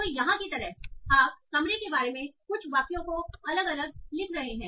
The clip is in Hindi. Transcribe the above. तो यहाँ की तरह आप कमरे के बारे में कुछ वाक्यों को अलग अलग लिख रहे हैं